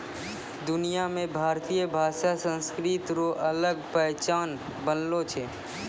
दुनिया मे भारतीय भाषा संस्कृति रो अलग पहचान बनलो छै